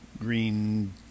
green